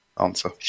answer